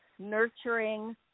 nurturing